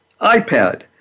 iPad